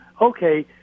Okay